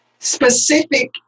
specific